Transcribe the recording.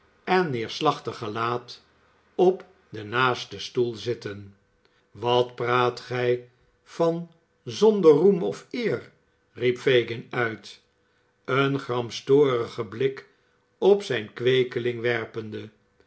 ert neerslachtig gelaat op den naasten stoel zitten wat praat gij van zonder roem of eer riep fagin uit een gramstorigen blik op zijn kweekeling werpende